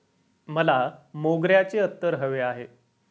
मला मोगऱ्याचे अत्तर हवे आहे